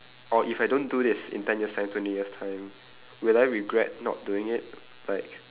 or if I don't do this in ten years' time twenty years' time will I regret not doing it like